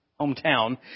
hometown